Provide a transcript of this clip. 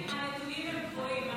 הנתונים הם גבוהים,